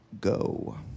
go